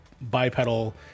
bipedal